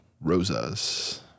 Rosas